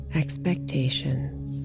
expectations